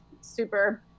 super